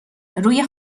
روی